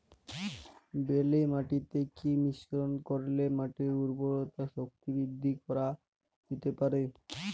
বেলে মাটিতে কি মিশ্রণ করিলে মাটির উর্বরতা শক্তি বৃদ্ধি করা যেতে পারে?